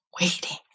waiting